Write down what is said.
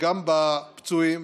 וגם בפצועים,